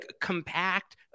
compact